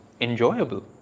enjoyable